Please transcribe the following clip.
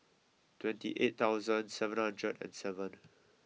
twenty eight thousand seven hundred and seven